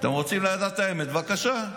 אתם רוצים לדעת את האמת, בבקשה.